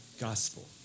gospel